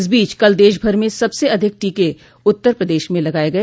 इस बीच कल देशभर में सबसे अधिक टीके उत्तर प्रदेश में लगाये गय